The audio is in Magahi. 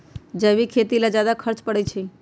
जैविक खेती ला ज्यादा खर्च पड़छई?